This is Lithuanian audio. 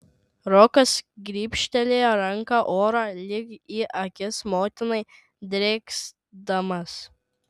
rokas grybštelėjo ranka orą lyg į akis motinai drėksdamas